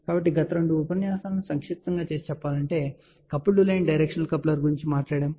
కాబట్టి గత రెండు ఉపన్యాసాలను సంక్షిప్తముగా చేసి చెప్పాలంటే మనము కపుల్డ్ లైన్ డైరెక్షనల్ కప్లర్ గురించి మాట్లాడాము